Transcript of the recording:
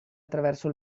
attraverso